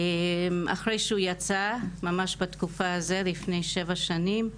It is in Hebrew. אחרי שהוא יצא, ממש בתקופה הזאת לפני שבע שנים,